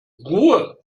ruhe